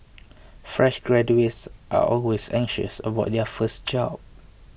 fresh graduates are always anxious about their first job